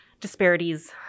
disparities